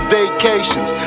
vacations